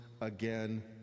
again